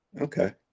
Okay